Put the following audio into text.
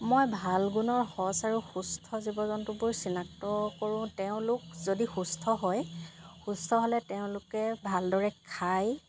মই ভাল গুণৰ সঁচ আৰু সুস্থ জীৱ জন্তুবোৰ চিনাক্ত কৰোঁ তেওঁলোক যদি সুস্থ হয় সুস্থ হ'লে তেওঁলোকে ভালদৰে খায়